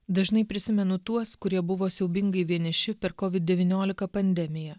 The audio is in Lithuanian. dažnai prisimenu tuos kurie buvo siaubingai vieniši per covid devyniolika pandemiją